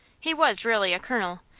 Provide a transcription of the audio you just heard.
he was really a colonel,